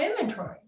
inventory